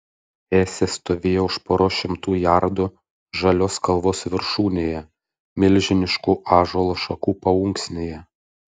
esė stovėjo už poros šimtų jardų žalios kalvos viršūnėje milžiniškų ąžuolo šakų paunksnėje